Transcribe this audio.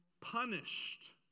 punished